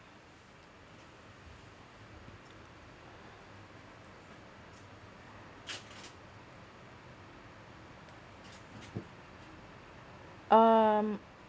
um